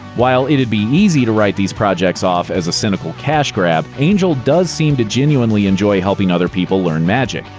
while it'd be easy to write these projects off as a cynical cash grab, angel does seem to genuinely enjoy helping other people learn magic.